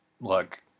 look